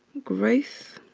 growth